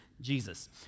Jesus